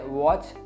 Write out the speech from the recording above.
watch